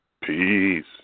Peace